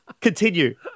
Continue